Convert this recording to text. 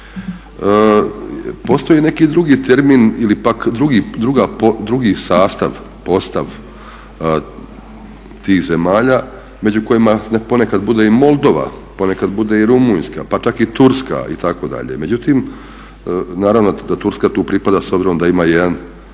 Postoji neki drugi termin ili pak drugi sastav, postav tih zemalja među kojima ponekad bude i Moldova, ponekad bude i Rumunjska pa čak i Turska itd. Međutim, naravno da Turska tu pripada s obzirom da ima jedan